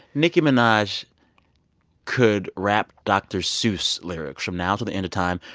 nicki minaj could rap dr. seuss lyrics from now to the end of time.